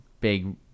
big